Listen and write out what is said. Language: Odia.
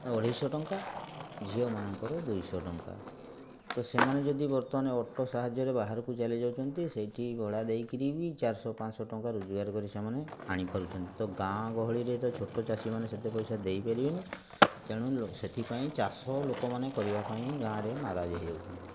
ଅଢ଼େଇଶହ ଟଙ୍କା ଝିଅମାନଙ୍କର ଦୁଇଶହ ଟଙ୍କା ତ ସେମାନେ ଯଦି ବର୍ତ୍ତମାନ ଅଟୋ ସାହାଯ୍ୟରେ ବାହାରକୁ ଚାଲିଯାଉଛନ୍ତି ସେଇଠି ଭଡ଼ା ଦେଇକରି ବି ଚାରିଶହ ପାଞ୍ଚଶହ ଟଙ୍କା ରୋଜଗାର କରି ସେମାନେ ଆଣିପାରୁଛନ୍ତି ତ ଗାଁ ଗହଳିରେ ତ ଛୋଟ ଚାଷୀମାନେ ସେତେ ପଇସା ଦେଇପାରିବେନି ତେଣୁ ସେଥିପାଇଁ ଚାଷ ଲୋକମାନେ କରିବାପାଇଁ ଗାଁରେ ନାରାଜ ହେଇଯାଉଛନ୍ତି